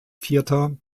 vierter